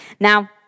Now